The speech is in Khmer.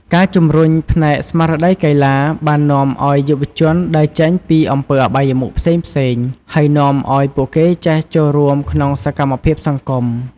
ការជម្រុញផ្នែកស្មារតីកីឡា បាននាំឲ្យយុវជនដើរចេញពីអំពើអបាយមុខផ្សេងៗ ហើយនាំអោយពួកគេចេះចូលរួមក្នុងសកម្មភាពសង្គម។